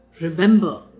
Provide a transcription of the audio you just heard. remember